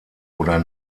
oder